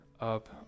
up